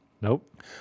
Nope